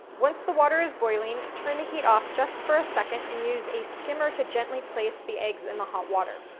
once the water is boiling, turn the heat off just for a second and use a skimmer to gently place the eggs in the hot water.